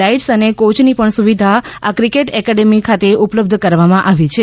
lights અને કોચની પણ સુવિધા આ ક્રિકેટ એકેડેમી ખાતે ઉપલબ્ધ કરવામાં આવી છે